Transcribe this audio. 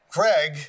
Craig